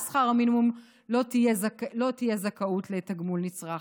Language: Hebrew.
השכר הממוצע לא תהיה זכאות לתגמול נצרך.